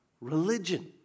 religion